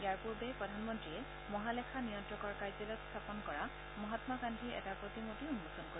ইয়াৰ পূৰ্বে প্ৰধানমন্ত্ৰীয়ে মহালেখা নিয়ন্তকৰ কাৰ্যালয়ত স্থাপন কৰা মহামা গান্ধীৰ এটা প্ৰতিমূৰ্তি উন্মোচন কৰিব